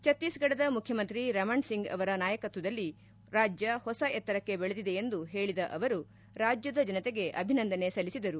ಛತ್ತೀಸ್ಫಡದ ಮುಖ್ಯಮಂತ್ರಿ ರಮಣ್ ಸಿಂಗ್ ಅವರ ನಾಯಕತ್ತದಲ್ಲಿ ರಾಜ್ಯ ಹೊಸ ಎತ್ತರಕ್ಕೆ ಬೆಳೆದಿದೆ ಎಂದು ಹೇಳಿದ ಅವರು ರಾಜ್ಯದ ಜನತೆಗೆ ಅಭಿನಂದನೆ ಸಲ್ಲಿಸಿದರು